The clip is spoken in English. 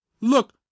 Look